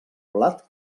blat